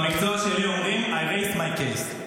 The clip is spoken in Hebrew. במקצוע שלי אומרים: I rest my case.